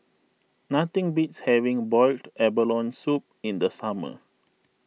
nothing beats having Boiled Abalone Soup in the summer